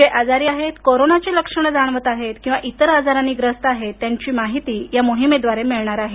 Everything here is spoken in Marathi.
जे आजारी आहेत कोरोनाची लक्षणे जाणवत आहेत किंवा इतर आजारांनी ग्रस्त आहेत त्यांची माहिती या मोहिमेद्वारे मिळणार आहे